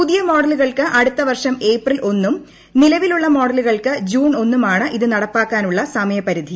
പുതിയ മോഡലുകൾക്ക് അടുത്ത വർഷം ഏപ്രിൽ ഒന്നും നിലവിലുള്ള മോഡലുകൾക്ക് ജൂൺ ഒന്നും ആണ് ഇത് നടപ്പാക്കാനുള്ള സമയപരിധി